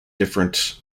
different